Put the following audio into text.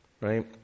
right